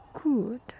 good